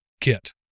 kit